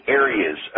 areas